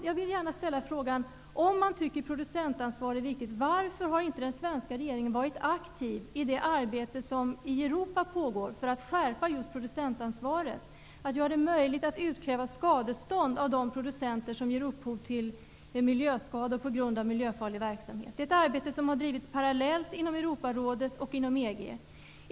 Jag vill gärna ställa frågan: Om man tycker att producentansvar är viktigt, varför har inte den svenska regeringen varit aktiv i det arbete som i Europa pågår för att skärpa just producentansvaret, göra det möjligt att utkräva skadestånd av de producenter som ger upphov till en miljöskada på grund av miljöfarlig verksamhet? Det är ett arbete som har bedrivits parallellt inom Europarådet och inom EG.